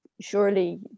surely